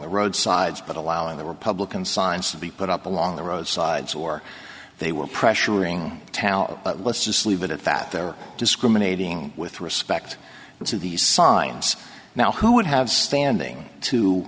the road sides but allowing the republican signs to be put up along the road sides or they were pressuring towel let's just leave it at that they're discriminating with respect to these signs now who would have standing to